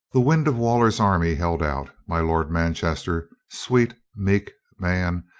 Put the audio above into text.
the wind of waller's army held out. my lord manchester, sweet, meek man,